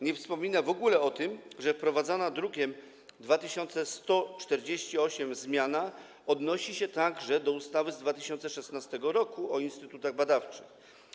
Nie wspomina w ogóle o tym, że wprowadzana drukiem nr 2148 zmiana odnosi się także do ustawy z 2016 r. o instytutach badawczych.